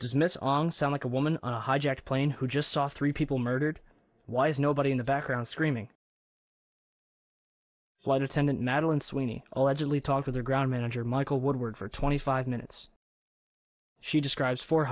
dismiss on some like a woman on a hijacked plane who just saw three people murdered why is nobody in the background screaming flight attendant madeline sweeney allegedly talk to the ground manager michael woodward for twenty five minutes she describes four